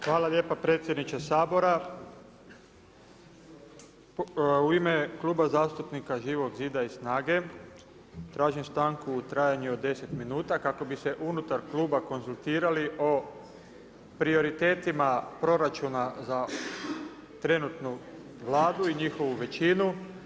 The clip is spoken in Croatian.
Hvala lijepo predsjedniče Sabora, u ime Kluba zastupnika Živog zida i SNAGA-e tražim stanku u trajanju od 10 min kako bi se unutar kluba konzultirali o prioritetima proračuna za trenutnu vladu i njihovu većinu.